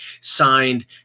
signed